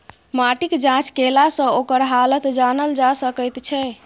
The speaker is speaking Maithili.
माटिक जाँच केलासँ ओकर हालत जानल जा सकैत छै